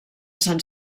sant